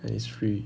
and it's free